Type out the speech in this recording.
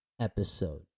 episode